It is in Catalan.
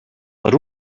per